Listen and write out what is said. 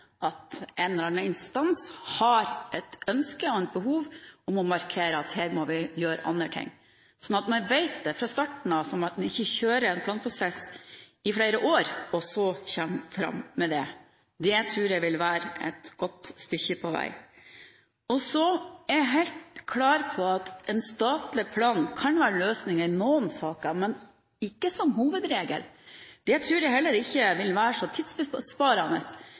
at det ligger an til at en eller annen instans har et ønske om og et behov for å markere at her må vi gjøre andre ting – at man vet det fra starten av, slik at man ikke kjører en planprosess i flere år og så kommer fram med det. Da tror jeg man vil være et godt stykke på vei. Så er jeg helt klar på at en statlig plan kan være løsningen i noen saker, men ikke som hovedregel. Det tror jeg heller ikke ville være så tidsbesparende.